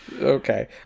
okay